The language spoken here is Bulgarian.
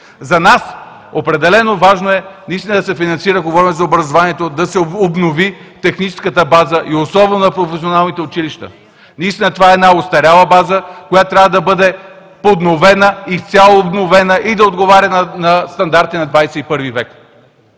За нас определено е важно наистина да се финансира – говоря за образованието, да се обнови техническата база и особено в професионалните училища. Наистина това е една остаряла база, която трябва да бъде подновена, изцяло обновена и да отговаря на стандартите на XXI век.